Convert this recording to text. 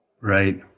Right